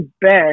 best